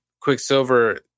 Quicksilver